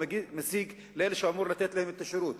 הוא מזיק לאלה שהוא אמור לתת להם את השירות.